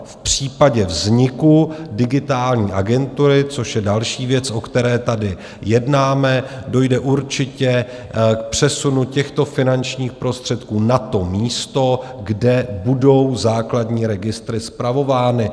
V případě vzniku Digitální agentury, což je další věc, o které tady jednáme, dojde určitě k přesunu těchto finančních prostředků na místo, kde budou základní registry spravovány.